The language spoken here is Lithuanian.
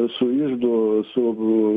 su iždu su